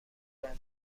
رنده